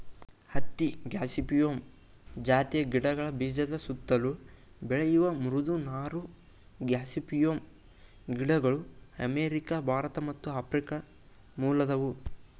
ಹತ್ತಿ ಗಾಸಿಪಿಯಮ್ ಜಾತಿಯ ಗಿಡಗಳ ಬೀಜದ ಸುತ್ತಲು ಬೆಳೆಯುವ ಮೃದು ನಾರು ಗಾಸಿಪಿಯಮ್ ಗಿಡಗಳು ಅಮೇರಿಕ ಭಾರತ ಮತ್ತು ಆಫ್ರಿಕ ಮೂಲದವು